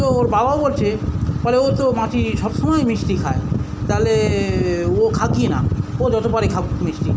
তো ওর বাবা বলছে বলে ও তো মাছি সবসময় মিষ্টি খায় তাহলে ও খাক গিয়ে না ও যত পারে খাউক মিষ্টি